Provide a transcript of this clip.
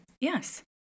Yes